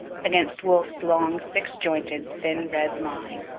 against wolfe's long, six-jointed, thin red line.